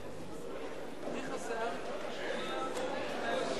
חברי השרים,